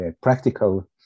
practical